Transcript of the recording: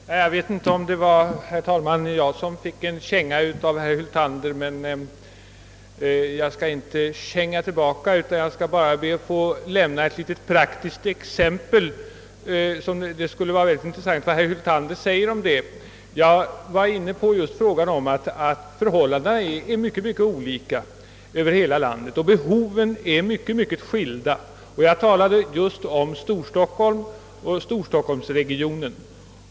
Herr talman! Jag vet inte om det var jag som nu fick en känga av herr Hyltander, men jag skall inte känga tillbaka utan bara anföra ett praktiskt exempel som det vore intressant att höra herr Hyltanders uppfattning om. Jag anförde att förhållandena är mycket olika i landet och behoven mycket skilda. I det sammanhanget framhöll jag särskilt storstockholmsregionen.